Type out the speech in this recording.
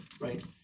right